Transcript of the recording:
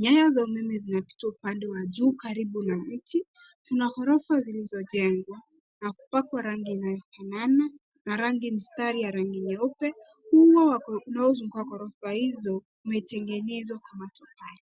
Nyaya za umeme zinapita upande wa juu karibu na miti na una ghrofa zilizojengwa na kupakwa rangi inayofanana na rangi mistari ya rangi nyeupe, ua unaozunguka ghorofa hizo umetengenezwa kwa matofali.